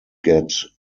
get